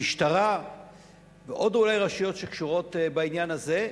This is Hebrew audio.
המשטרה ואולי עוד רשויות שקשורות בעניין הזה,